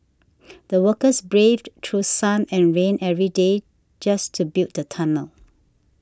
the workers braved through sun and rain every day just to build the tunnel